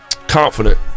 confident